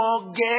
forget